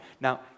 Now